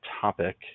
topic